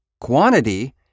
Quantity